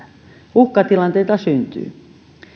uhkatilanteita syntyy